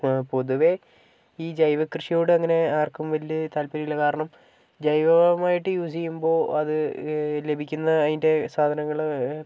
പൊതുവേ ഈ ജൈവക്കൃഷിയോട് അങ്ങനെ ആർക്കും വലിയ താൽപര്യം ഇല്ല കാരണം ജൈവവളമായിട്ട് യൂസ് ചെയ്യുമ്പോൾ അത് ലഭിക്കുന്ന അതിന്റെ സാധനങ്ങൾ